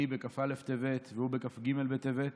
אני בכ"א בטבת, והוא בכ"ג בטבת.